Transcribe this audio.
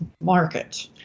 market